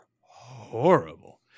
horrible